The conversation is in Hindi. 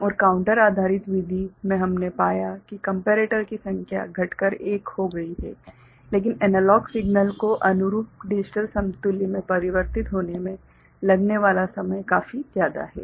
और काउंटर आधारित विधि में हमने पाया कि कम्पेरेटर की संख्या घटकर 1 हो गई लेकिन एनालॉग सिग्नल को अनुरूप डिजिटल समतुल्य मे परिवर्तित होने में लगने वाला समय काफी ज्यादा है